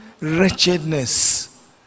wretchedness